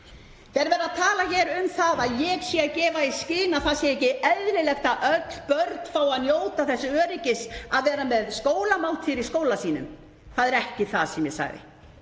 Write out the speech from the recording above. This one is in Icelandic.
Hér er verið að tala um að ég sé að gefa í skyn að það sé ekki eðlilegt að öll börn fái að njóta þess öryggis að vera með skólamáltíðir í skóla sínum. Það var ekki það sem ég sagði.